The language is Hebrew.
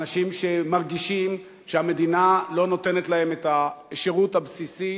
אנשים שמרגישים שהמדינה לא נותנת להם את השירות הבסיסי